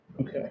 okay